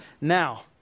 now